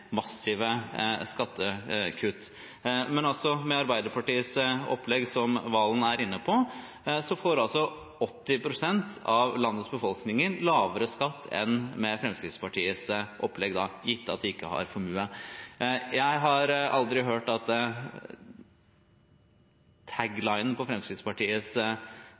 massive skattekutt. Men med Arbeiderpartiets opplegg, som Valen er inne på, får altså 80 pst. av landets befolkning lavere skatt enn med Fremskrittspartiets opplegg, gitt at de ikke har formue. Jeg har aldri hørt at «taglinen» på Fremskrittspartiets